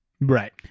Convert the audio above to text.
Right